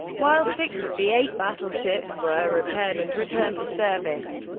while six of the eight battleships were repaired and returned to service,